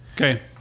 okay